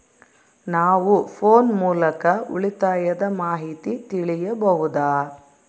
ನಾವು ಫೋನ್ ಮೂಲಕ ಉಳಿತಾಯದ ಮಾಹಿತಿ ತಿಳಿಯಬಹುದಾ?